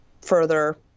further